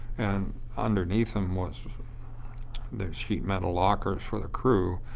and underneath them was was ah the sheet metal lockers for the crew.